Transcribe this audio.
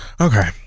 Okay